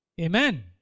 Amen